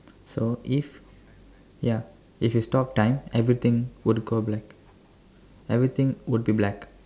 so if ya if you stop time everything would go black everything would be black